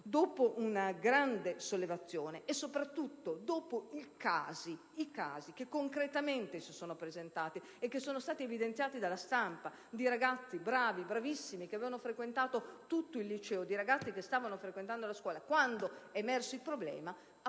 Dopo una grande sollevazione, e soprattutto dopo i casi che concretamente si sono presentati e che sono stati evidenziati dalla stampa di ragazzi bravissimi che avevano frequentato tutto il liceo o che stavano ancora frequentando la scuola quando è emerso il problema, il